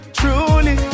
truly